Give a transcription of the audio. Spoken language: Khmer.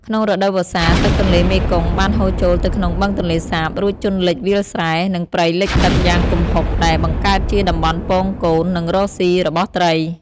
ក្នុងរដូវវស្សា ទឹកទន្លេមេគង្គបានហូរចូលទៅក្នុងបឹងទន្លេសាប រួចជន់លិចវាលស្រែ និងព្រៃលិចទឹកយ៉ាងគំហុក ដែលបង្កើតជាតំបន់ពងកូន និងរកស៊ីរបស់ត្រី។